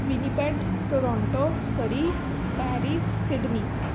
Winnipeg Toronto Surrey Paris Sydney